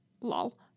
lol